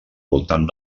voltant